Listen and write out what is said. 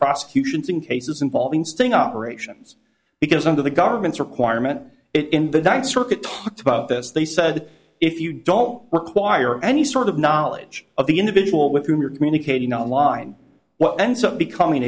prosecutions in cases involving sting operations because under the government's requirement it in the ninth circuit talked about this they said if you don't require any sort of knowledge of the individual with whom you're communicating online what ends up becoming